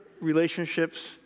relationships